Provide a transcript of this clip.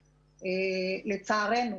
לצערנו,